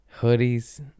hoodies